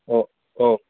ꯑꯣ ꯑꯣ